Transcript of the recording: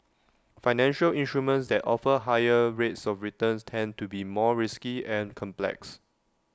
financial instruments that offer higher rates of returns tend to be more risky and complex